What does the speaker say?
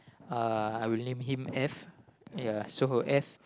uh I would name him F ya so F